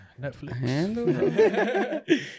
Netflix